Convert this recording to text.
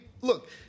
look